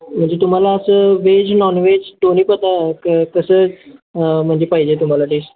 म्हणजे तुम्हाला असं वेज नॉनव्हेज दोन्ही पदा क कसं म्हणजे पाहिजे तुम्हाला टेस्ट